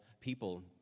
people